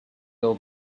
old